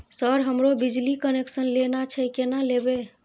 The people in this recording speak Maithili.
सर हमरो बिजली कनेक्सन लेना छे केना लेबे?